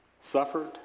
suffered